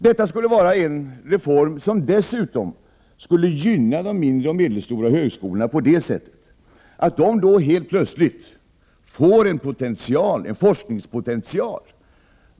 Detta är en reform som dessutom skulle gynna de mindre och medelstora högskolorna på så sätt, att de helt plötsligt får en forskningspotential.